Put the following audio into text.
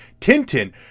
Tintin